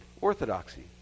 orthodoxy